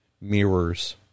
mirrors